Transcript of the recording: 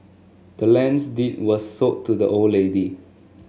the land's deed was sold to the old lady